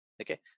okay